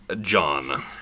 John